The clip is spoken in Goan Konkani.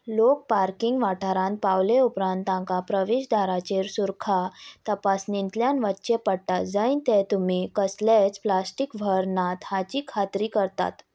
लोक पार्किंग वाठारांत पावले उपरांत तांकां प्रवेशदाराचेर सुुरखा तपासणींतल्यान वचचें पडटा जंय ते तुमी कसलेंच प्लास्टीक व्हरनात हाची खात्री करतात